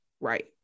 Right